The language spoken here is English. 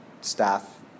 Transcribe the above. staff